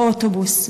באוטובוס,